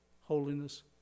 holiness